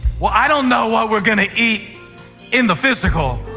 well, i don't know what we're going to eat in the physical,